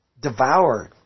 devoured